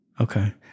Okay